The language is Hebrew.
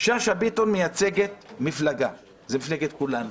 שאשא ביטון מייצגת מפלגה, זאת מפלגת כולנו.